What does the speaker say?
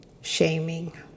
shaming